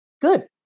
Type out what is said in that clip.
good